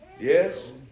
Yes